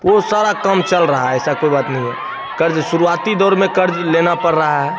वो सारा काम चल रहा ऐसा कोई बात नहीं है क़र्ज़ शुरुआती दौर में क़र्ज़ लेना पड़ रहा है